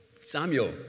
Samuel